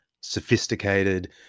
sophisticated